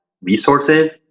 resources